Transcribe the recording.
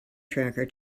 tracker